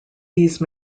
these